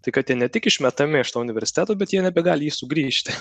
tai kad jie ne tik išmetami iš to universiteto bet jie nebegali į jį sugrįžti